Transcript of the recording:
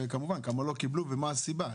וכמובן כמה לא קיבלו ומה הסיבה,